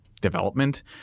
development